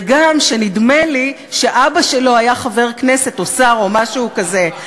וגם נדמה לי שאבא שלו היה חבר כנסת או שר או משהו כזה.